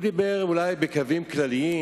הוא דיבר אולי בקווים כלליים,